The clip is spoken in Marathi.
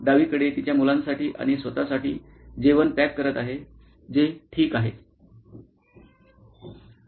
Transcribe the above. डावीकडे तिच्या मुलांसाठी आणि स्वतःसाठी जेवण पॅक करत आहे जे ठीक आहे